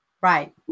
Right